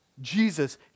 Jesus